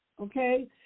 okay